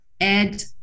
add